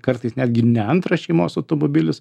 kartais netgi ne antras šeimos automobilis